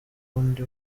undi